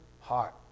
heart